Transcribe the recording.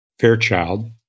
Fairchild